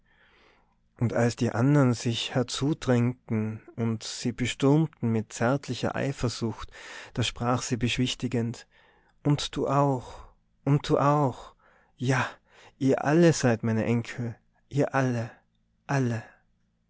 und als die andern sich herzudrängten und sie bestürmten mit zärtlicher eifersucht da sprach sie beschwichtigend und du auch und du auch ja ihr alle seid meine enkel ihr alle alle